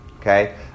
Okay